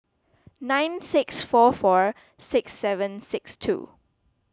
nine six four four six seven six two